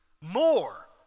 More